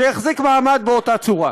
זה יחזיק מעמד באותה צורה.